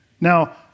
Now